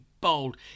bold